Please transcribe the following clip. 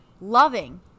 loving